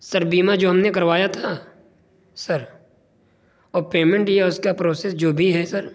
سر بیمہ جو ہم نے کروایا تھا سر اور پیمنٹ یا اس کا پروسیس جو بھی ہے سر